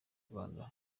rwanda